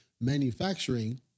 manufacturing